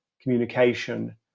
communication